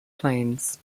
planes